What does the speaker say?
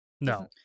No